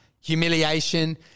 humiliation